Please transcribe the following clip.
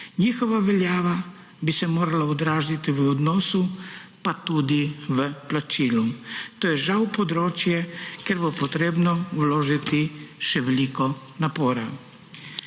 Njihova veljava bi se morala odraziti v odnosu pa tudi v plačilu. To je žal področje, kjer bo treba vložiti še veliko napora.